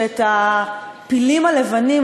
ואת הפילים הלבנים,